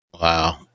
Wow